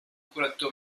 connector